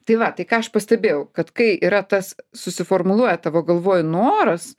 tai va tai ką aš pastebėjau kad kai yra tas susiformuluoja tavo galvoj noras